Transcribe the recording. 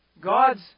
God's